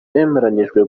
bemeranyije